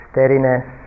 steadiness